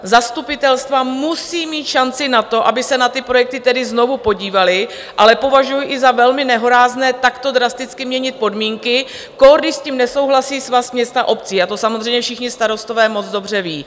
Zastupitelstva musí mít šanci na to, aby se na ty projekty tedy znovu podívala, ale považuji i za velmi nehorázné takto drasticky měnit podmínky, kór když s tím nesouhlasí Svaz měst a obcí, a to samozřejmě všichni starostové moc dobře vědí.